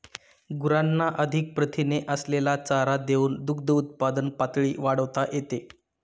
गुरांना अधिक प्रथिने असलेला चारा देऊन दुग्धउत्पादन पातळी वाढवता येते